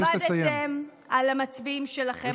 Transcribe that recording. עבדתם על המצביעים שלכם.